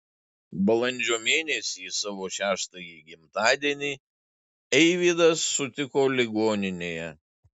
balandžio mėnesį savo šeštąjį gimtadienį eivydas sutiko ligoninėje